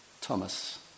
Thomas